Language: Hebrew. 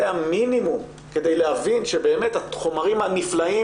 זה המינימום כדי להבין שהחומרים הנפלאים